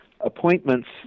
appointments